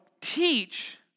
teach